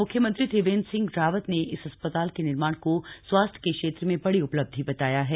मुख्यमंत्री त्रिवेंद्र सिंह रावत ने इस अस्पताल के निर्माण को स्वास्थ्य के क्षेत्र में बड़ी उपलब्धि बताया है